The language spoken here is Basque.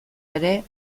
ere